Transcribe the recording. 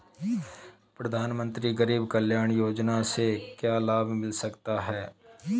प्रधानमंत्री गरीब कल्याण योजना से क्या लाभ मिल सकता है?